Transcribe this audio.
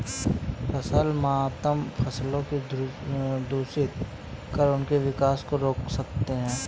फसल मातम फसलों को दूषित कर उनके विकास को रोक सकते हैं